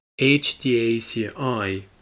HDACI